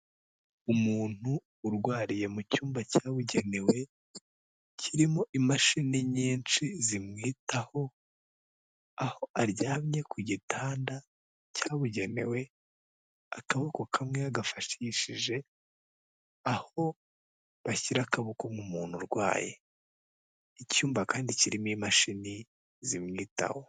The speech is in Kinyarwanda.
Umuntu urwariye mu cyumba cyabugenewe kirimo imashini nyinshi zimwitaho, aho aryamye ku gitanda cyabugenewe akaboko kamwe yagafashishije aho bashyira akaboko nk'umuntu urwaye, icyumba kandi kirimo imashini zimwitaho.